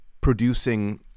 producing